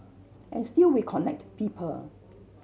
and still we connect people